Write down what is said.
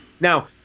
Now